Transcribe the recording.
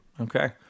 Okay